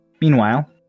Meanwhile